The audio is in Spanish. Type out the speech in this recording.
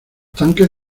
tanques